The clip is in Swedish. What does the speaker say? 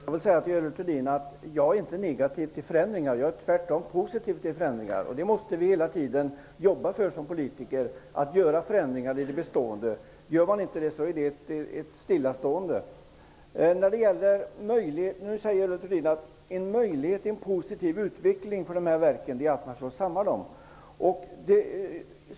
Herr talman! Jag är inte negativ utan tvärtom positiv till förändringar. Vi politiker måste hela tiden jobba för att göra förändringar i det bestående. Gör man inte det, blir det ett stillastående. Görel Thurdin säger att en möjlighet till en positiv utveckling för verken är en sammanslagning.